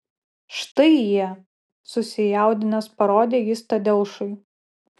štai jie susijaudinęs parodė jis tadeušui